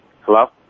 Hello